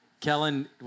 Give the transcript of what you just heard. Kellen